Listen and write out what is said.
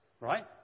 right